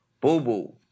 boo-boo